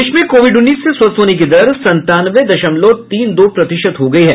देश में कोविड उन्नीस से स्वस्थ होने की दर संतानवे दशमलव तीन दो प्रतिशत हो गई है